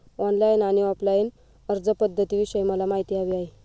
online आणि offline अर्जपध्दतींविषयी मला माहिती हवी आहे